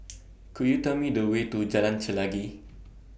Could YOU Tell Me The Way to Jalan Chelagi